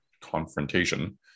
confrontation